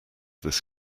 this